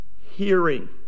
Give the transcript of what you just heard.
hearing